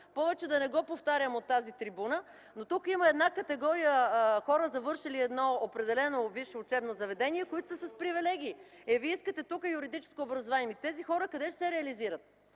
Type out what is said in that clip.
повече да не го повтарям от тази трибуна, но тук има една категория хора, завършили определено висше учебно заведение, които са с привилегии. Е, Вие искате висше юридическо образование. Ами, къде ще се реализират